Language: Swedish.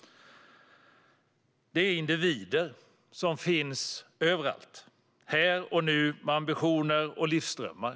Det är individer som finns överallt i detta nu med ambitioner och livsdrömmar.